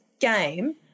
game